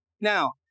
Now